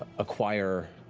acquire